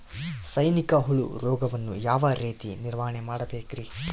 ಸೈನಿಕ ಹುಳು ರೋಗವನ್ನು ಯಾವ ರೇತಿ ನಿರ್ವಹಣೆ ಮಾಡಬೇಕ್ರಿ?